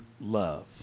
love